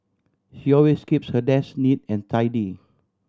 she always keeps her desk neat and tidy